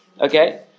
okay